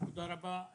תודה רבה.